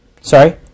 Sorry